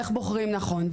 איך בוחרים נכון.